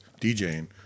DJing